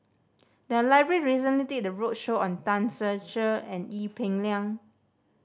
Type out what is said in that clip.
the library recently did a roadshow on Tan Ser Cher and Ee Peng Liang